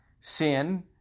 sin